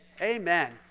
amen